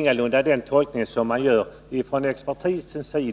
Men den tolkningen gör ingalunda expertisen,